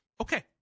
Okay